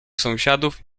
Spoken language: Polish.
sąsiadów